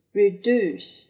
reduce